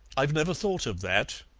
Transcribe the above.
i've never thought of that,